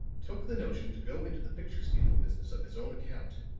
took the notion to go into the picture stealing business of his own account.